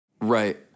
Right